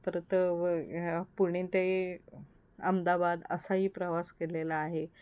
परत व पुणे ते अहमदाबाद असाही प्रवास केलेला आहे